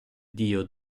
dio